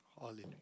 Hallelujah